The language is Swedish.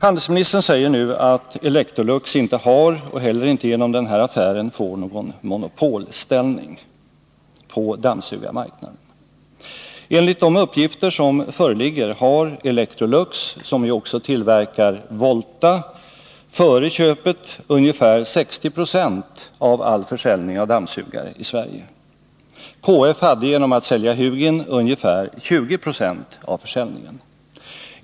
Handelsministern säger att Electrolux inte har och heller inte genom den här affären får någon monopolställning på dammsugarmarknaden. Enligt de uppgifter som föreligger har Electrolux, som också tillverkar Volta, före köpet ungefär 60 26 av all försäljning av dammsugare i Sverige. KF hade genom Hugin ungefär 20 96 av försäljningen.